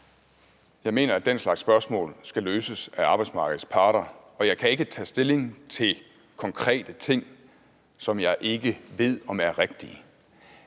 Jeg mener, at den slags spørgsmål skal løses af arbejdsmarkedets parter, og jeg kan ikke tage stilling til konkrete ting, som jeg ikke ved om er rigtige.